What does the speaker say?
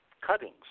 cuttings